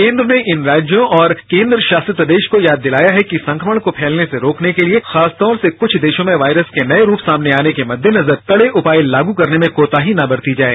केंद्र ने इन राज्यों और केंद्रशासित प्रदेश को याद दिलाया है कि संक्रमण को फैलने से रोकने के लिए खासतौर से कुछ देशों में वायरस के नए रूप सामने आने के मद्देनजर कड़े उपाय लाग करने में कोताही न बरती जाए